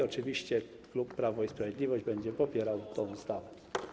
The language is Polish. Oczywiście klub Prawo i Sprawiedliwość będzie popierał tę ustawę.